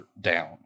down